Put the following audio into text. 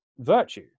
virtue